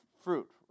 fruit